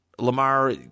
Lamar